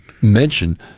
mention